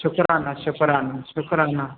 शुकराना शुकराना शुकराना